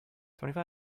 twenty